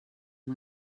amb